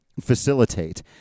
facilitate